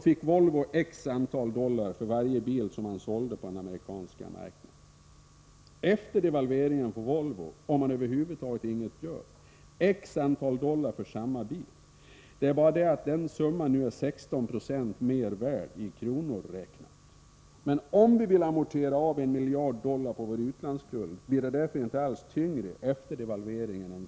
fick Volvo x antal dollar för varje bil som man sålde på den amerikanska marknaden. Efter devalveringen får Volvo, om man över huvud taget inget gör, x antal dollar för samma bil. Det är bara det att denna summa nu är 16 90 mer värd i kronor räknat. Om vi vill amortera av en miljard dollar på vår utlandsskuld, blir det därför inte alls tyngre än före devalveringen.